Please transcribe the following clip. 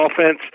offense